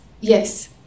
Yes